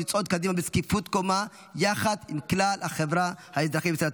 לצעוד קדימה בזקיפות קומה יחד עם כלל החברה האזרחית בישראל.